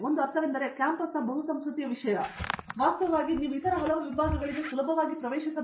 ಹಾಗಾಗಿ ಒಂದು ಅರ್ಥವೆಂದರೆ ಕ್ಯಾಂಪಸ್ನ ಬಹುಸಂಸ್ಕೃತಿಯ ವಿಷಯವೆಂದರೆ ವಾಸ್ತವವಾಗಿ ನೀವು ಇತರ ಹಲವಾರು ವಿಭಾಗಗಳಿಗೆ ಸುಲಭವಾಗಿ ಪ್ರವೇಶಿಸಬಹುದು